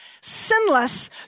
sinless